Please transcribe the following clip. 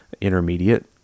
intermediate